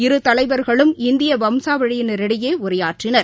இருதலைவா்களும் இந்தியவம்சாவழியினரிடையேஉரையாற்றினர்